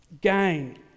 Gain